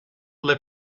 let